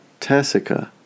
Tessica